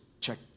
check